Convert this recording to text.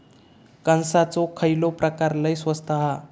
कणसाचो खयलो प्रकार लय स्वस्त हा?